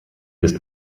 ist